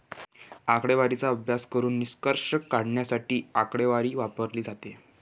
आकडेवारीचा अभ्यास करून निष्कर्ष काढण्यासाठी आकडेवारी वापरली जाते